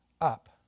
up